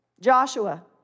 Joshua